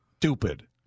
stupid